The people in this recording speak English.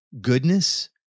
goodness